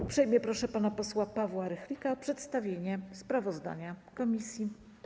Uprzejmie proszę pana posła Pawła Rychlika o przedstawienie sprawozdania komisji.